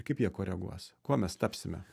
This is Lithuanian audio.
kaip jie koreguos kuo mes tapsime